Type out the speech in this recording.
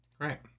Right